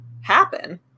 happen